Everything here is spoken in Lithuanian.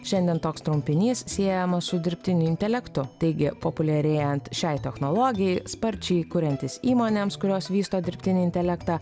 šiandien toks trumpinys siejamas su dirbtiniu intelektu taigi populiarėjant šiai technologijai sparčiai kuriantis įmonėms kurios vysto dirbtinį intelektą